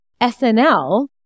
snl